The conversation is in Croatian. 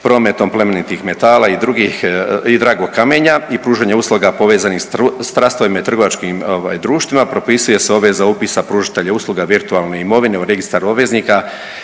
prometom plemenitih metala i drugih i dragog kamenja i pružanja usluga povezanih sa …/Govornik se ne razumije./… trgovačkim društvima propisuje se obveza upisa pružatelja usluga virtualne imovine u registar obveznika